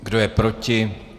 Kdo je proti?